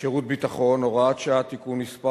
שירות ביטחון (הוראת שעה) (תיקון מס'